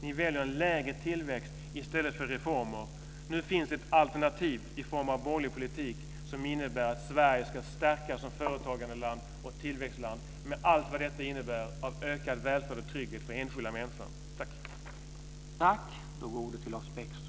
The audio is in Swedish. Ni väljer en lägre tillväxt i stället för reformer. Nu finns ett alternativ i form av borgerlig politik som innebär att Sverige ska stärkas som företagandeland och tillväxtland med allt vad detta innebär av ökad välfärd och trygghet för enskilda människor.